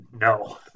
No